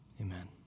Amen